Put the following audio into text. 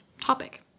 topic